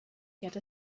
get